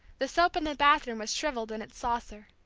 the soap in the bathroom was shrivelled in its saucer.